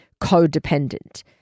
codependent